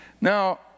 Now